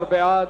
14 בעד,